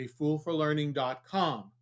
afoolforlearning.com